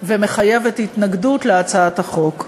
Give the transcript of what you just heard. ומחייבת התנגדות להצעת החוק.